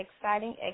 exciting